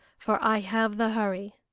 for i have the hurry.